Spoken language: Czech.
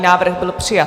Návrh byl přijat.